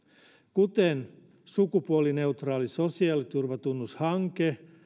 kuten sukupuolineutraali sosiaaliturvatunnushanke